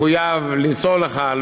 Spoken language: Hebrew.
מחויב למסור לך,